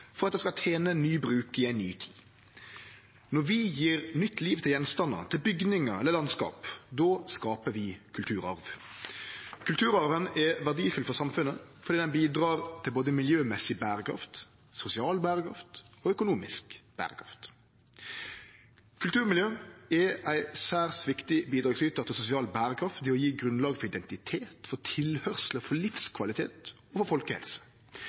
for at det skal tene ny bruk i ei ny tid. Når vi gjev nytt liv til gjenstandar, til bygningar eller landskap, skaper vi kulturarv. Kulturarven er verdifull for samfunnet fordi det bidrar til både miljømessig berekraft, sosial berekraft og økonomisk berekraft. Kulturmiljø er ein særs viktig bidragsytar til sosial berekraft ved å gje grunnlag for identitet, for tilhøyrsle, for livskvalitet og for folkehelse.